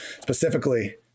specifically